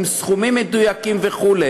עם סכומים מדויקים וכו'.